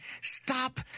stop